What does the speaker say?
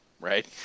right